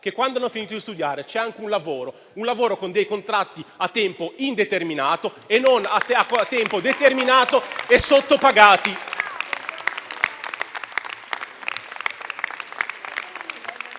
che quando hanno finito di studiare c'è anche un lavoro, con dei contratti a tempo indeterminato e non a tempo determinato e sottopagati.